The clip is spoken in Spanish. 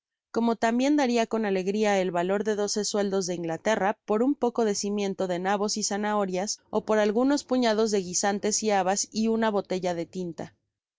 como tambien daria con alegria el valor de doce sueldos de inglaterra por un poco de simiente de nabos y zanahorias ó por algunos puñados de pisantes y habas y una botella de tinta